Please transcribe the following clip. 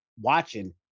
watching